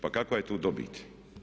Pa kakva je tu dobit?